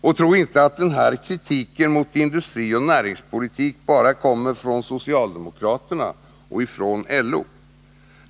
Och tro inte att den här kritiken mot industrioch näringspolitik bara kommer från socialdemokraterna och LO.